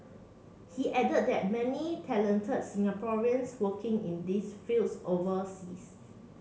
he added that there many talented Singaporeans working in these fields overseas